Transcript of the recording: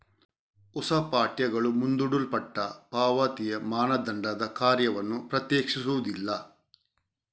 ಹೊಸ ಪಠ್ಯಗಳು ಮುಂದೂಡಲ್ಪಟ್ಟ ಪಾವತಿಯ ಮಾನದಂಡದ ಕಾರ್ಯವನ್ನು ಪ್ರತ್ಯೇಕಿಸುವುದಿಲ್ಲ